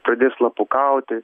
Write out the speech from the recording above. pradės slapukauti